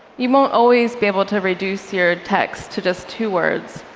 you won't always be able to reduce your text to just two words,